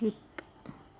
skip